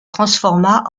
transforma